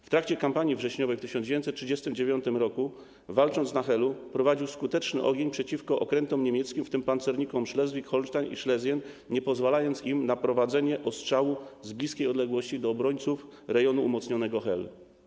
W trakcie kampanii wrześniowej w 1939 r., walcząc na Helu, prowadził skuteczny ogień przeciwko okrętom niemieckim, w tym pancernikom „Schleswig-Holstein” i „Schlesien”, nie pozwalając im na prowadzenie ostrzału z bliskiej odległości do obrońców rejonu umocnionego Helu.